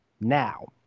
now